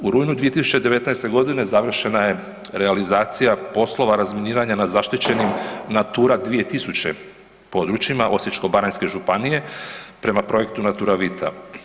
U rujnu 2019.g. završena je realizacija poslova razminiranja na zaštićenim „Natura 2000“ područjima Osječko-baranjske županije, prema projektu „Naturavita“